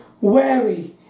wary